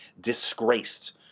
Disgraced